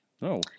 No